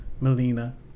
Melina